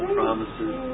promises